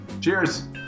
Cheers